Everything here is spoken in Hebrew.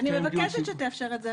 אני מבקשת שתאפשר את זה,